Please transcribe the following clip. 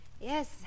Yes